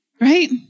right